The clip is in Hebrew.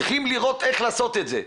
צריכים לראות איך לעשות את זה.